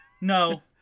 No